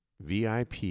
VIP